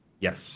Yes